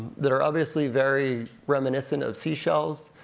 that are obviously very reminiscent of seashells,